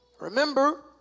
Remember